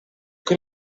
que